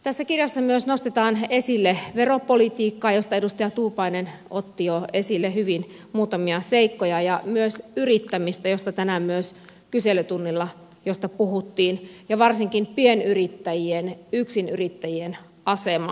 tässä kirjassa myös nostetaan esille veropolitiikkaa josta edustaja tuupainen otti jo esille hyvin muutamia seikkoja ja myös yrittämistä josta tänään myös kyselytunnilla puhuttiin ja varsinkin pienyrittäjien yksinyrittäjien asemaa